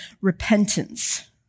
repentance